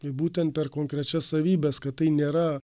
tai būtent per konkrečias savybes kad tai nėra